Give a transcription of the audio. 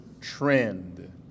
trend